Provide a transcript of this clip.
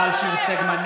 (קורא בשמות חברי הכנסת) מיכל שיר סגמן,